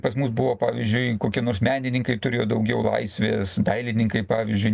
pas mus buvo pavyzdžiui kokie nors menininkai turėjo daugiau laisvės dailininkai pavyzdžiui